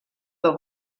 del